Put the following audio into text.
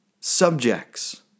subjects